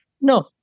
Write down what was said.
No